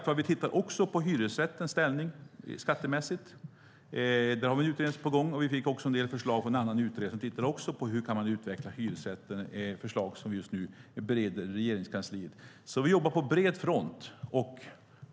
Vi tittar också på hyresrättens ställning skattemässigt. Där har vi en utredning på gång. Vi fick också en del förslag från en annan utredning som tittade på hur man kan utveckla hyresrätten. Det är förslag som vi just nu bereder i Regeringskansliet. Vi jobbar på bred front.